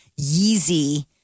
Yeezy